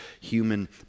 human